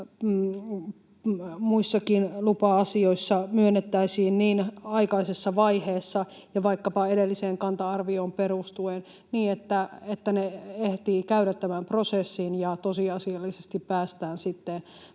muissakin lupa-asioissa myönnettäisiin aikaisessa vaiheessa ja vaikkapa edelliseen kanta-arvioon perustuen niin, että ne ehtivät käydä tämän prosessin ja tosiasiallisesti päästään sitten